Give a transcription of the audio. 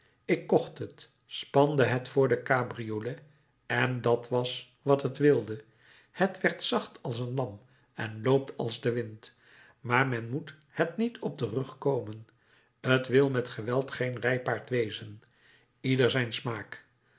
ik kocht het spande het voor de cabriolet en dat was wat het wilde het werd zacht als een lam en loopt als de wind maar men moet het niet op den rug komen t wil met geweld geen rijpaard wezen ieder zijn smaak